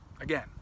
Again